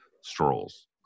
strolls